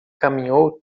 caminhou